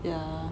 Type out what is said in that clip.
yeah